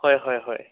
হয় হয় হয়